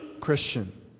Christian